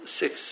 six